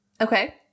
Okay